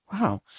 Wow